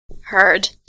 heard